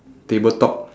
tabletop